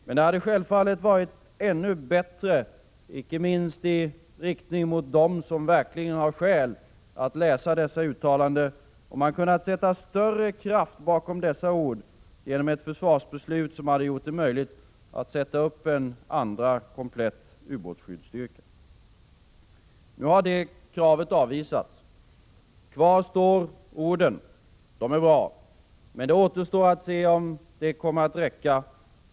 Men det hade självfallet varit ännu bättre, icke minst i riktning mot dem som verkligen har skäl att läsa detta uttalande, om man kunnat sätta större kraft bakom dessa ord genom ett försvarsbeslut som hade gjort det möjligt att sätta upp en andra komplett ubåtsskyddsstyrka. Nu har det kravet avvisats. Kvar står orden. De är bra, men det återstår att se om de kommer att räcka.